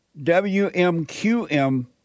WMQM